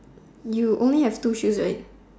you only have two shoes right